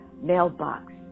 mailbox